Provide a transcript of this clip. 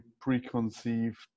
preconceived